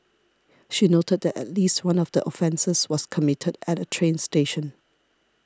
she noted that at least one of the offences was committed at a train station